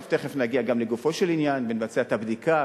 תיכף נגיע גם לגופו של עניין ונבצע את הבדיקה,